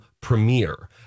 premiere